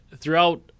throughout